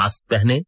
mask पहनें